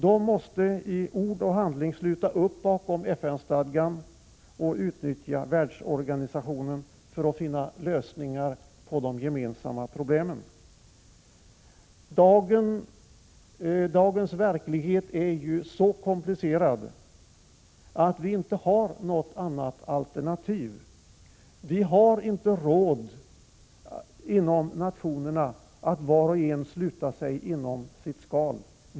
De måste i ord och handling sluta upp bakom FN-stadgan och utnyttja världsorganisationen för att finna lösningar på de gemensamma problemen. Dagens verklighet är så komplicerad att vi inte har något annat alternativ. Vi har inte råd att i varje nation sluta oss inom vårt skal.